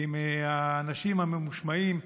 ועם האנשים הממושמעים,